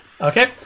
Okay